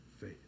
faith